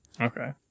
Okay